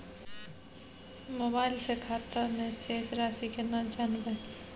Mobile से खाता में शेस राशि केना जानबे?